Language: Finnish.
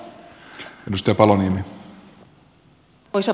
arvoisa puhemies